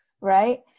right